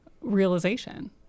realization